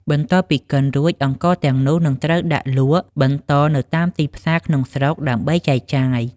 បន្ទាប់ពីកិនរួច អង្ករទាំងនោះនឹងត្រូវដាក់លក់បន្តនៅតាមទីផ្សារក្នុងស្រុក ដើម្បីចែកចាយ។